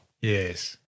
Yes